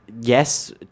Yes